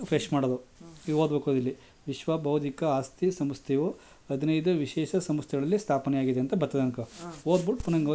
ವಿಶ್ವ ಬೌದ್ಧಿಕ ಆಸ್ತಿ ಸಂಸ್ಥೆಯು ಹದಿನೈದು ವಿಶೇಷ ಸಂಸ್ಥೆಗಳಲ್ಲಿ ಒಂದಾಗಿದೆ